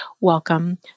welcome